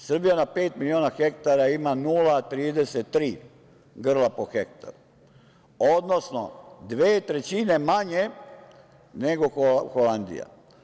Srbija na pet miliona hektara ima 0,33 grla po hektaru, odnosno dve trećine manje nego Holandija.